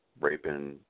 raping